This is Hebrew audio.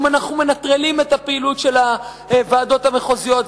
אם אנחנו מנטרלים את הפעילות של הוועדות המחוזיות,